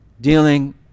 dealing